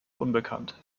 unbekannt